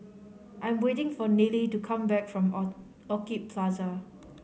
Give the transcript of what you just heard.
I am waiting for Neely to come back from O Orchid Plaza